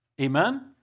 Amen